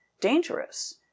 dangerous